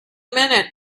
minute